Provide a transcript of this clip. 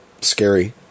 scary